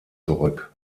zurück